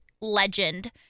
legend